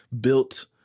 built